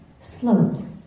slopes